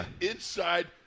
inside